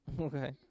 Okay